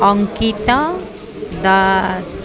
Ankita Das